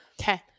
Okay